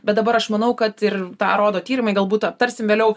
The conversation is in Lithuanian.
bet dabar aš manau kad ir tą rodo tyrimai galbūt aptarsim vėliau